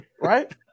right